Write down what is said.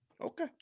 Okay